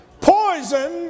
poison